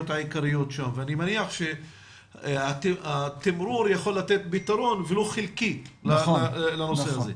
העיקריות שם ואני מניח שהתמרור יכול לתת פתרון ולו חלקי לנושא הזה.